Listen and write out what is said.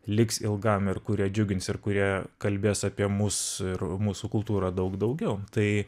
liks ilgam ir kurie džiugins ir kurie kalbės apie mūs ir mūsų kultūrą daug daugiau tai